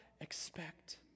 expect